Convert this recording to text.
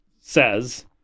says